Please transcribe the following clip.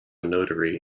notary